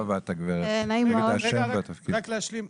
רק להשלים.